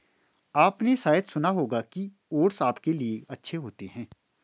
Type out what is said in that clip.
आपने शायद सुना होगा कि ओट्स आपके लिए अच्छे होते हैं